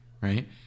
right